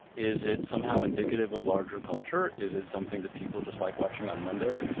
is it somehow indicative of larger culture? is it something that people just like watching on mondays?